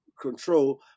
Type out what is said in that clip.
control